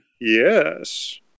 Yes